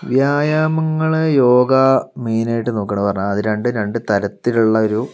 വ്യായാമങ്ങളിൽ yoga main ആയിട്ട് നോക്കുകയാണ് പറഞ്ഞാൽ അത് രണ്ടും രണ്ട് തരത്തിലുള്ള ഒരു